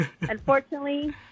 unfortunately